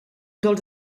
dels